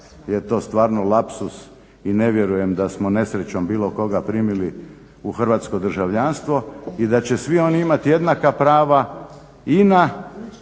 je to stvarno lapsus i ne vjerujem da smo nesrećom bilo koga primili u hrvatsko državljanstvo i da će svi oni imati jednaka prava i na